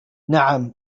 نعم